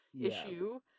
issue